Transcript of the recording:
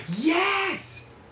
Yes